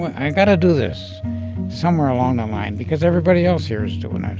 i got to do this somewhere along the line because everybody else here is doing it